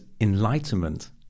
enlightenment